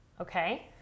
Okay